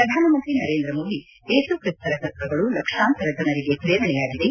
ಪ್ರಧಾನಮಂತ್ರಿ ನರೇಂದ್ರ ಮೋದಿ ಏಸುಕ್ರಿಸ್ತರ ತತ್ವಗಳು ಲಕ್ಷಾಂತರ ಜನರಿಗೆ ಪ್ರೇರಣೆಯಾಗಿದೆ